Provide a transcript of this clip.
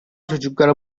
çocuklar